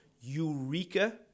Eureka